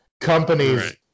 companies